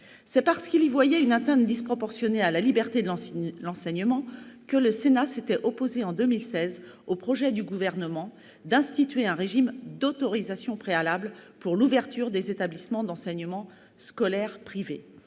C'est parce qu'il y voyait une atteinte disproportionnée à la liberté de l'enseignement que le Sénat s'était opposé, en 2016, au projet du gouvernement de l'époque d'instituer un régime d'autorisation préalable pour l'ouverture des établissements d'enseignement scolaire privés.